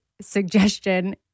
suggestion